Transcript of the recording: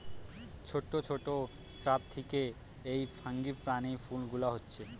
ছোট ছোট শ্রাব থিকে এই ফ্রাঙ্গিপানি ফুল গুলা হচ্ছে